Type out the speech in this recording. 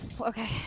Okay